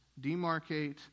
Demarcate